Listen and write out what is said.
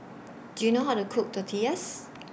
Do YOU know How to Cook Tortillas